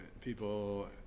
people